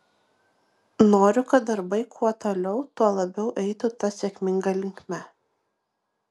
noriu kad darbai kuo toliau tuo labiau eitų ta sėkminga linkme